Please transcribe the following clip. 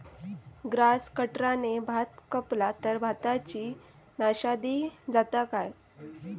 Grass कटराने भात कपला तर भाताची नाशादी जाता काय?